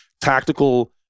tactical